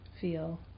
feel